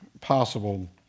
possible